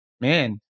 man